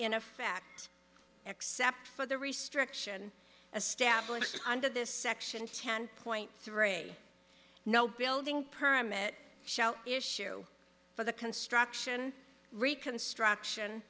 in effect except for the restriction a stably under this section ten point three no building permit shall issue for the construction reconstruction